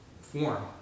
form